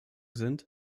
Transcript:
sind